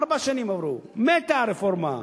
ארבע שנים עברו, מתה הרפורמה.